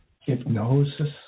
hypnosis